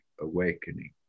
awakening